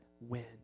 win